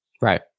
Right